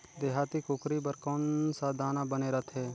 देहाती कुकरी बर कौन सा दाना बने रथे?